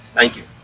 thank you